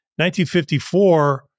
1954